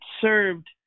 served